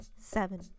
seven